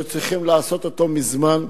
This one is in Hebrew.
שהיו צריכים לעשות אותו מזמן,